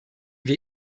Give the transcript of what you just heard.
wir